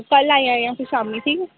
कल आई जायां फ्ही शामीं ठीक ऐ